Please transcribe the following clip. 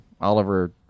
Oliver